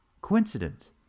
coincidence